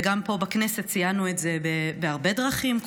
וגם פה בכנסת ציינו את זה בהרבה דרכים,